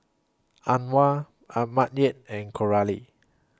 Antwan Mattye and Coralie